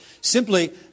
simply